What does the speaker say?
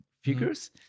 figures